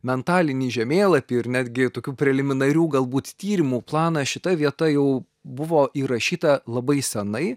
mentalinį žemėlapį ir netgi tokių preliminarių galbūt tyrimų planą šita vieta jau buvo įrašyta labai senai